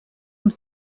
und